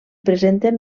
presenten